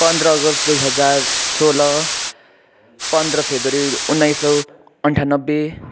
पन्ध्र अगस्त दुई हजार सोह्र पन्ध्र फेब्रुअरी उन्नाइस सौ अन्ठानब्बे